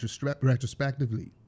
retrospectively